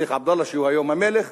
הנסיך עבדאללה, שהוא היום המלך,